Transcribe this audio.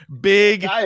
Big